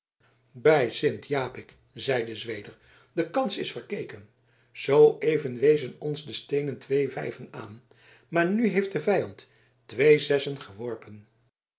bij sint japik zeide zweder de kans is verkeken zooeven wezen ons de steenen twee vijven aan maar nu heeft de vijand twee zessen geworpen